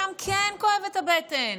שם כן כואבת הבטן,